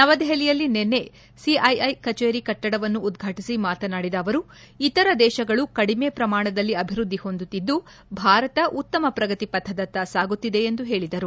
ನವದೆಹಲಿಯಲ್ಲಿ ನಿನ್ನೆ ಸಿಐಐ ಕಚೇರಿ ಕಟ್ಟಡವನ್ನು ಉದ್ಘಾಟಿಸಿ ಮಾತನಾಡಿದ ಅವರು ಇತರ ದೇತಗಳು ಕಡಿಮೆ ಪ್ರಮಾಣದಲ್ಲಿ ಅಭಿವೃದ್ಧಿ ಹೊಂದುತ್ತಿದ್ದು ಭಾರತ ಉತ್ತಮ ಪ್ರಗತಿ ಪಥದತ್ತ ಸಾಗುತ್ತಿದೆ ಎಂದು ಹೇಳಿದರು